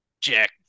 Jack